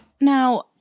Now